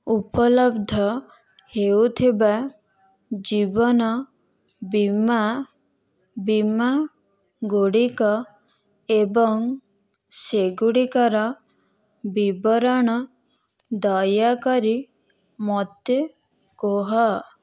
ଉପଲବ୍ଧ ହେଉଥିବା ଜୀବନ ବୀମା ବୀମା ଗୁଡ଼ିକ ଏବଂ ସେଗୁଡ଼ିକର ବିବରଣ ଦୟାକରି ମୋତେ କୁହ